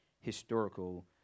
historical